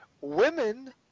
women